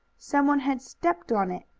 some one had stepped on it.